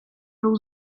był